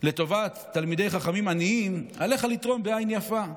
לטובת תלמידי חכמים עניים, עליך לתרום בעין יפה,